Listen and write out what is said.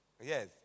Yes